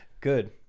good